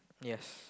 yes